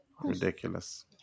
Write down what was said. Ridiculous